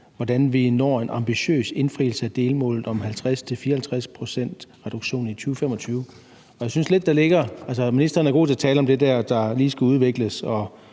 hvordan vi når en ambitiøs indfrielse af delmålet om 50-54 pct. reduktion i 2025. Jeg synes, ministeren er god til at tale om det, der lige skal udvikles